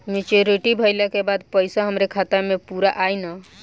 Maturity भईला के बाद पईसा हमरे खाता म पूरा आई न?